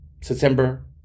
September